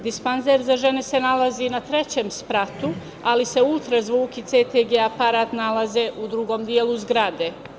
Dispanzer za žene se nalazi na trećem spratu, ali se ultrazvuk i CTG aparat nalaze u drugom delu zgradu.